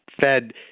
Fed